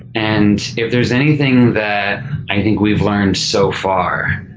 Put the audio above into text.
and if there's anything that i think we've learned so far,